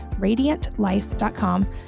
radiantlife.com